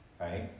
Right